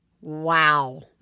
wow